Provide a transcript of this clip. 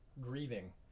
grieving